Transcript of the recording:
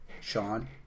Sean